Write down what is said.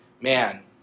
man